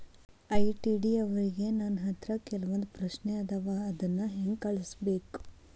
ITD ಅವ್ರಿಗೆ ನನ್ ಹತ್ರ ಕೆಲ್ವೊಂದ್ ಪ್ರಶ್ನೆ ಅವ ಅದನ್ನ ಹೆಂಗ್ ಕಳ್ಸ್ಬೇಕ್?